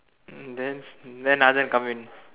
um then then Nathan come in